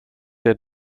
der